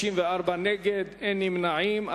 54 נגד, אין נמנעים.